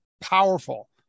powerful